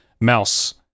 mouse